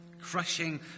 Crushing